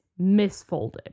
misfolded